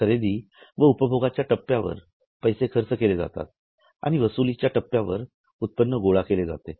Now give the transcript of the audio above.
खरेदी व उपभोगाच्या टप्प्यावर पैसे खर्च'केले जातात आणि वसुलीच्या टप्प्यावर उत्पन्न गोळा केले जाते